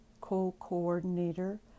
co-coordinator